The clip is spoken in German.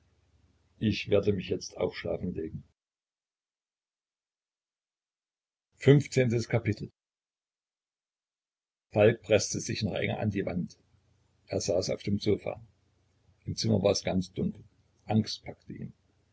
ich werde mich jetzt auch schlafen legen xv falk preßte sich noch enger an die wand er saß auf dem sofa im zimmer war es ganz dunkel angst packte ihn